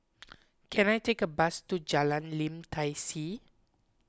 can I take a bus to Jalan Lim Tai See